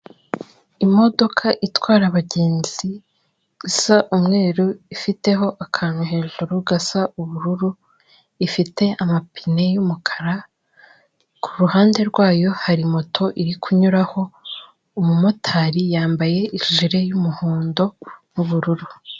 Imodoka itwara abagenzi isa umweru, ifiteho akantu hejuru gasa ubururu, ifite amapine y'umukara, ku ruhande rwayo hari moto iri kunyuraho umumotari, yambaye ijire y'umuhondo n'ubururu.